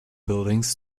buildings